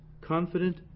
Confident